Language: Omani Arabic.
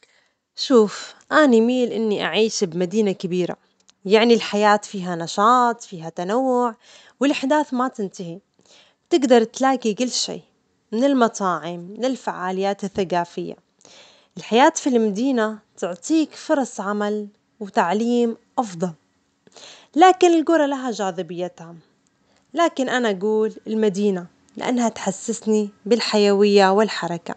شوف، إني أميل أني أعيش بمدينة كبيرة، يعني الحياة فيها نشاط فيها تنوع، والأحداث ما تنتهي، تجدر تلاجي كل شيء، من المطاعم إلى الفعاليات الثجافية، الحياة في المدينة تعطيك فرص عمل وتعليم أفضل، لكن القري لها جاذبيتها، لكن أنا أجول المدينة لأنها تحسسني بالحيوية والحركة.